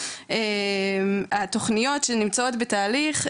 התוכניות שנמצאות בתהליך,